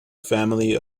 family